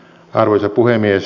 arvoisa puhemies